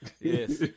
Yes